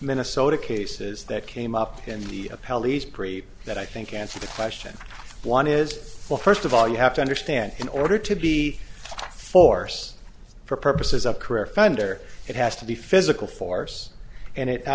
minnesota cases that came up in the pelleas pre that i think answer to question one is well first of all you have to understand in order to be force for purposes of career offender it has to be physical force and it